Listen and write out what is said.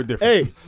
Hey